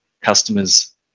customers